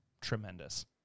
tremendous